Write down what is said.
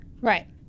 Right